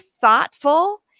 thoughtful